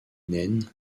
naine